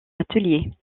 atelier